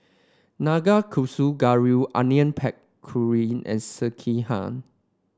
Nanakusa Gayu Onion Pakora and Sekihan